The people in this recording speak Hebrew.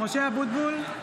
(קוראת בשמות חברי הכנסת) משה אבוטבול,